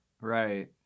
Right